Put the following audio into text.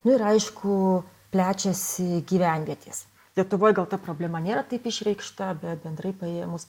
nu ir aišku plečiasi gyvenvietės lietuvoj gal ta problema nėra taip išreikšta bet bendrai paėmus